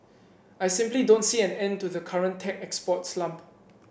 I simply don't see an end to the current tech export slump